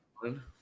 one